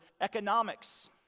economics